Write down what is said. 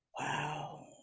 Wow